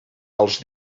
els